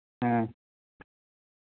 ᱦᱮᱸ